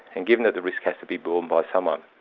and given that the risk has to be borne by someone,